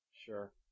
Sure